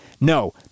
No